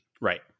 right